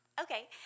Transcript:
Okay